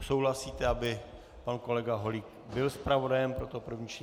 Souhlasíte, aby pan kolega Holík byl zpravodajem pro první čtení?